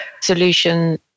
solution